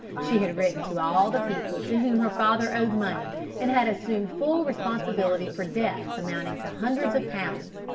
she had written to all the people to whom her father owed money and had assumed full responsibility for debts amounting to hundreds of pounds.